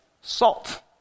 salt